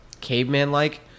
caveman-like